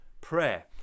Prayer